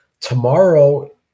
tomorrow